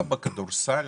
דווקא בכדורסל,